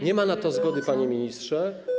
Nie ma na to zgody, panie ministrze.